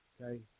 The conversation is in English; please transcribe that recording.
okay